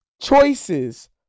choices